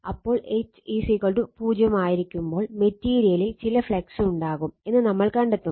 അപ്പോൾ H 0 ആയിരിക്കുമ്പോൾ മെറ്റീരിയലിൽ ചില ഫ്ലക്സ് ഉണ്ടാകും എന്ന് നമ്മൾ കണ്ടെത്തും